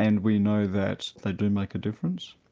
and we know that they do make a difference.